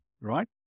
right